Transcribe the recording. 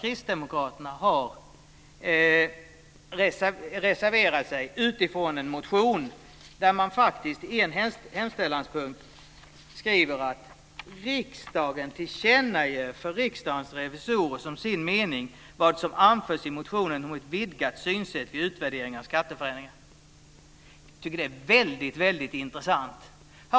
Kristdemokraterna har nämligen reserverat sig utifrån en motion där man i en hemställanspunkt föreslår att "Riksdagen tillkännager för Riksdagens revisorer som sin mening vad som anförs i motionen om ett vidgat synsätt vid utvärdering av skatteförändringar". Jag tycker att det är väldigt intressant.